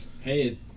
Hey